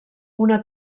una